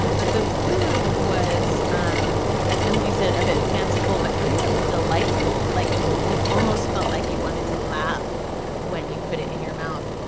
but the food was um as anthony said a bit fanciful, but kind of delightful, like you almost felt like you wanted to laugh when you put it in your mouth.